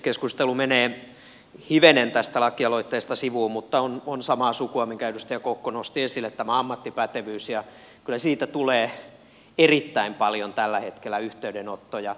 keskustelu menee hivenen tästä lakialoitteesta sivuun mutta on samaa sukua minkä edustaja kokko nosti esille tämä ammattipätevyys ja kyllä siitä tulee erittäin paljon tällä hetkellä yhteydenottoja